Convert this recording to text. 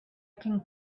can